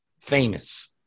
famous